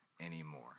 anymore